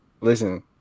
Listen